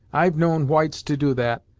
i've known whites to do that,